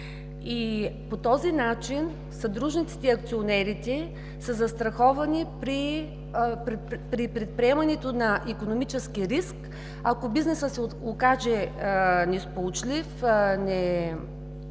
по този начин съдружниците и акционерите са застраховани при предприемането на икономически риск, ако бизнесът се окаже несполучлив